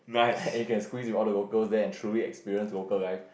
and you can squeeze with all the locals there and truly experience local life